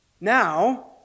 Now